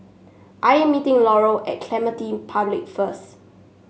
I am meeting Laurel at Clementi Public first